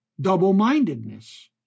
double-mindedness